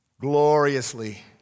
gloriously